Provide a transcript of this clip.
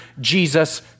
Jesus